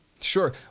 Sure